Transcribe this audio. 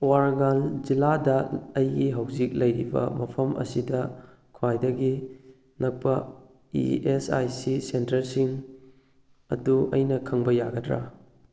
ꯋꯥꯔꯥꯡꯒꯥꯜ ꯖꯤꯂꯥꯗ ꯑꯩꯒꯤ ꯍꯧꯖꯤꯛ ꯂꯩꯔꯤꯕ ꯃꯐꯝ ꯑꯁꯤꯗ ꯈ꯭ꯋꯥꯏꯗꯒꯤ ꯅꯛꯄ ꯏ ꯑꯦꯁ ꯑꯥꯏ ꯁꯤ ꯁꯦꯟꯇꯔꯁꯤꯡ ꯑꯗꯨ ꯑꯩꯅ ꯈꯪꯕ ꯌꯥꯒꯗ꯭ꯔꯥ